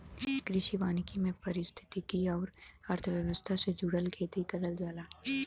कृषि वानिकी में पारिस्थितिकी आउर अर्थव्यवस्था से जुड़ल खेती करल जाला